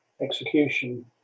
execution